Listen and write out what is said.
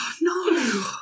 No